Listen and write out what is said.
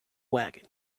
wagon